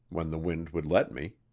when the wind would let me.